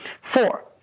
Four